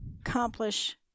accomplish